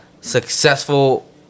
successful